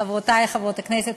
חברותי חברות הכנסת,